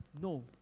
No